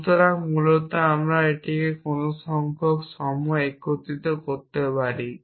সুতরাং মূলত আমরা এটিকে যেকোন সংখ্যক সময় একত্রিত করতে পারি